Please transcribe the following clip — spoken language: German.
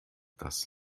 das